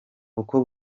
kuko